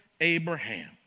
Abraham